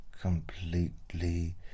completely